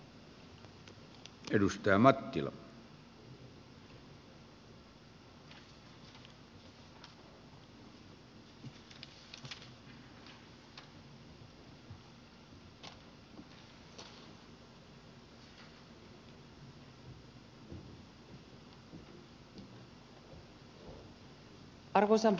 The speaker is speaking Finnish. arvoisa puhemies